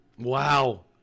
wow